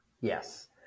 Yes